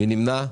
מי נמנע?